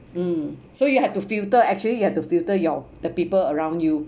mm so you had to filter actually you have to filter your the people around you